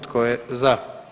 Tko je za?